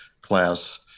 class